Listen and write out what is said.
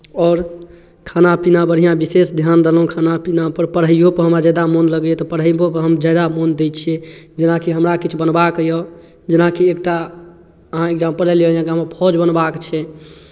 आओर खाना पीना बढ़िआँ विशेष ध्यान देलहुँ खाना पीनापर पढ़ैओपर हमरा ज्यादा मोन लगैए तऽ पढ़ैओपर हमरा ज्यादा मोन दै छियै जेनाकि हमरा किछु बनबाक यए जेनाकि एकटा अहाँ एक्जाम्पल लऽ लिअ जेनाकि फौज बनबाक छै